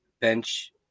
bench